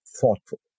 thoughtful